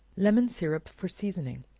lemon syrup for seasoning.